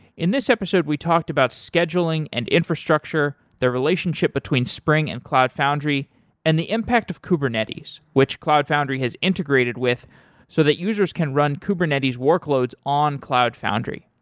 in this episode we talked about scheduling an and infrastructure, the relationship between spring and cloud foundry and the impact of kubernetes, which cloud foundry has integrated with so that users can run kubernetes workloads on cloud foundry.